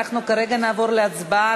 אנחנו כרגע נעבור להצבעה,